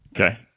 Okay